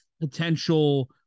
potential